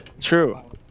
True